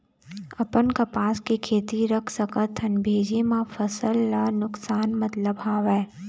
अपन कपास के खेती रख सकत हन भेजे मा फसल ला नुकसान मतलब हावे?